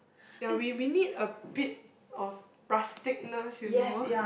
ya we we need a bit of rusticness you know